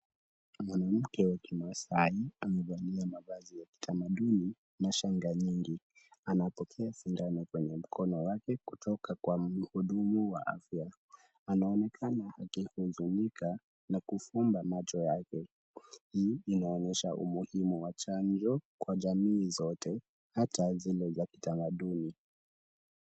Mwanamke wa kimaasai amevalia mavazi ya kitamaduni na shanga nyingi. Anapokea sindano kwenye mkono wake kutoka kwa mhudumu wa afya. Anaonekana akihuzunika na kufunga macho yake. Hii inaonyesha umuhimu wa chanjo kwa jamii zote, hata zile za kitamaduni.